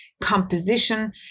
composition